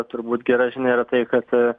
turbūt gera žinia yra tai kad